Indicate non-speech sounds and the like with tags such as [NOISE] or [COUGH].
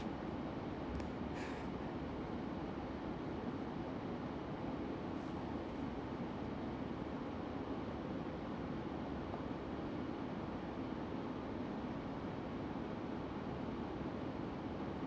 [LAUGHS]